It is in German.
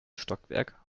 stockwerk